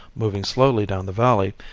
moving slowly down the valley,